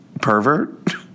pervert